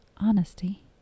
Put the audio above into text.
honesty